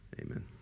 Amen